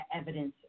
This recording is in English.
evidence